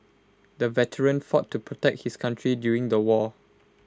the veteran fought to protect his country during the war